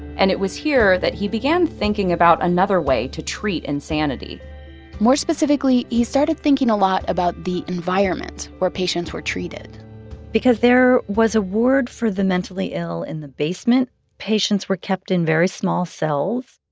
and it was here that he began thinking about another way to treat insanity more specifically, he started thinking a lot about the environment where patients were treated because there was a ward for the mentally ill in the basement, patients were kept in very small cells,